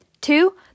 Two